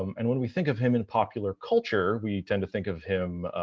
um and when we think of him in popular culture we tend to think of him,